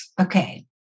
okay